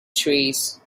trees